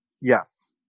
Yes